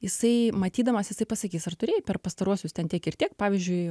jisai matydamas jis tai pasakys ar turėjai per pastaruosius ten tiek ir tiek pavyzdžiui